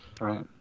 Right